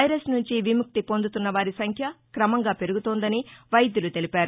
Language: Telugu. వైరస్ నుంచి విముక్తి పొందుతున్న వారి సంఖ్య క్రమంగా పెరుగుతోందని వైద్యులు తెలిపారు